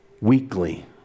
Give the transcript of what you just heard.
weekly